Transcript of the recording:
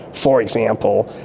for example,